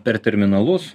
per terminalus